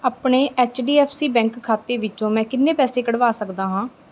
ਆਪਣੇ ਐਚ ਡੀ ਐਫ ਸੀ ਬੈਂਕ ਖਾਤੇ ਵਿੱਚੋਂ ਮੈਂ ਕਿੰਨੇ ਪੈਸੇ ਕੱਢਵਾ ਸਕਦਾ ਹਾਂ